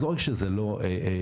אז לא רק שזה לא פתטי,